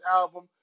album